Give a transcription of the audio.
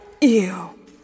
Ew